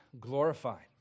glorified